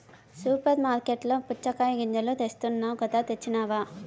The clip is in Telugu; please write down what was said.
సూపర్ మార్కట్లలో పుచ్చగాయ గింజలు తెస్తానన్నావ్ కదా తెచ్చినావ